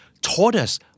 Tortoise